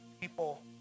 people